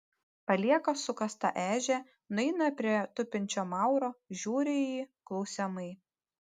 palieka sukastą ežią nueina prie tupinčio mauro žiūri į jį klausiamai